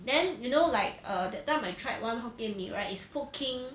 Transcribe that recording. then you know like err that time I tried one hokkien mee right is food king